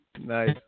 Nice